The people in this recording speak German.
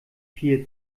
vier